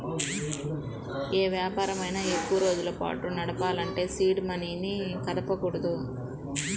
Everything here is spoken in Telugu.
యే వ్యాపారమైనా ఎక్కువరోజుల పాటు నడపాలంటే సీడ్ మనీని కదపకూడదు